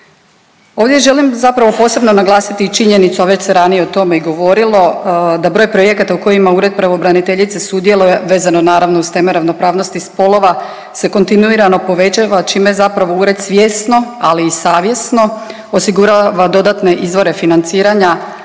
Ovdje želim zapravo posebno naglasiti i činjenicu, a već se ranije o tome i govorilo da broj projekata u kojima ured pravobraniteljice sudjeluje vezano naravno uz teme ravnopravnosti spolova se kontinuirano povećava čime zapravo ured svjesno, ali i savjesno osigurava dodatne izvore financiranja